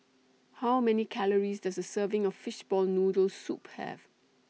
How Many Calories Does A Serving of Fishball Noodle Soup Have